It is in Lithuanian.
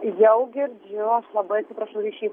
jau girdžiu aš labai atsiprašau ryšys